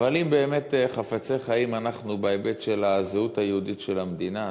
אבל אם באמת חפצי חיים אנחנו בהיבט של הזהות היהודית של המדינה הזאת,